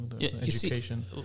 education